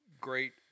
Great